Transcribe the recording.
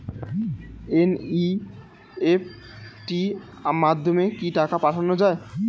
NEFT মাধ্যমে কত টাকা পাঠানো যায়?